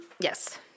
Yes